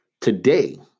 today